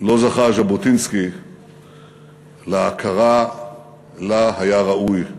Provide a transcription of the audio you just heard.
לא זכה ז'בוטינסקי להכרה שהיה ראוי לה,